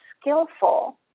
skillful